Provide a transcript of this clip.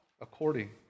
according